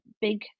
big